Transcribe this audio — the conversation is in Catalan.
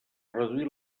reduir